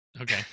Okay